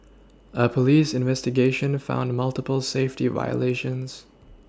a police investigation found multiple safety violations